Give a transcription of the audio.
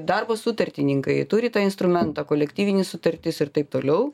darbo sutartininkai turi tą instrumentą kolektyvines sutartis ir taip toliau